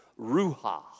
Ruha